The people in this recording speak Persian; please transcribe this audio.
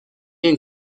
این